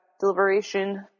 Deliberation